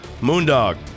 Moondog